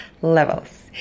levels